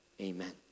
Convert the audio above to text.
amen